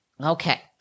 Okay